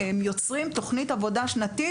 הם יוצרים תוכנית עבודה שנתית,